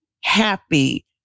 happy